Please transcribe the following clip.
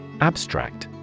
Abstract